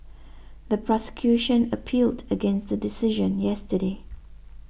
the prosecution appealed against the decision yesterday